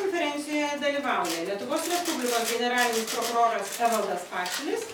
konferencijoje dalyvauja lietuvos respublikos generalinis prokuroras evaldas pašilis